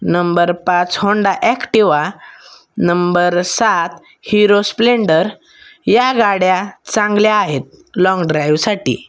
number पाच Honda Activa number सात Hero Splendor या गाड्या चांगल्या आहेत लाँग ड्राइव्हसाठी